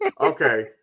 Okay